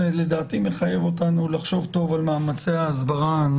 לדעתי זה מחייב אותנו לחשוב טוב על מאמצי ההסברה.